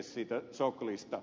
seurujärvi itkeä